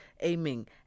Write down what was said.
aiming